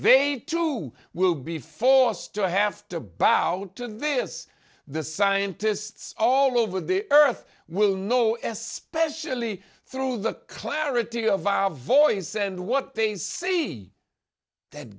they too will be forced to have to bow out to this the scientists all over the earth will know especially through the clarity of our voice and what they see that